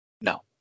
No